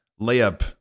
layup